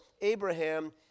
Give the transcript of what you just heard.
Abraham